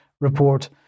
report